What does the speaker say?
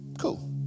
Cool